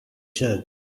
jug